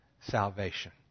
salvation